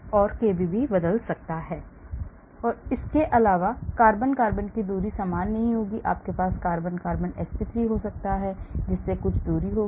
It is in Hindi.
और केबी भी बदल सकता है और इसके अलावा कार्बन कार्बन की दूरी समान नहीं होगी आपके पास कार्बन कार्बन sp3 हो सकता है जिससे कुछ दूरी होगी